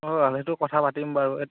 অঁ সেইটো কথা পাতিম বাৰু